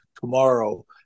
tomorrow